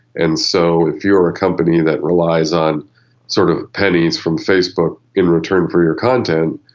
and so if you are a company that relies on sort of pennies from facebook in return for your content,